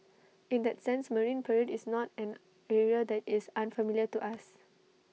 in that sense marine parade is not an area that is unfamiliar to us